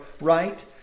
right